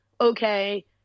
okay